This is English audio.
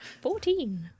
Fourteen